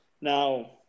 now